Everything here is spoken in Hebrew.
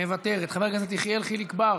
מוותרת, חבר הכנסת יחיאל חיליק בר,